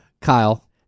Kyle